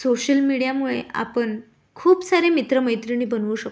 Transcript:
social मीडियामुळे आपण खूप सारे मित्रमैत्रिणी बनवू शकतो